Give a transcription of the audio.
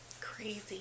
Crazy